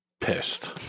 pissed